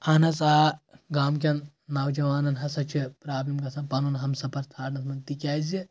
اہن حظ آ گامہٕ کؠن نوجوانن ہسا چھِ پرابلِم گژھان پَنُن ہَمسَفَر ژھانٛرنَس منٛز تِکیازِ